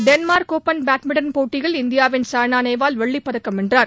Denmark open badminton போட்டியில் இந்தியாவின் சாய்னாநேவால் வெள்ளிப் பதக்கம் வென்றார்